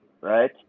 Right